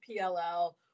PLL